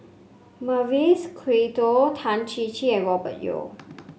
Mavis Khoo Tan Chin Chin and Robert Yeo